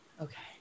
Okay